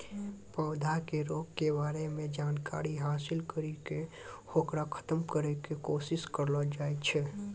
पौधा के रोग के बारे मॅ जानकारी हासिल करी क होकरा खत्म करै के कोशिश करलो जाय छै